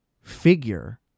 figure